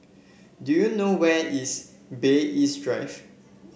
do you know where is Bay East Drive